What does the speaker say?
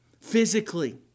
physically